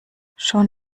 schon